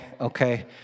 okay